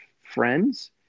friends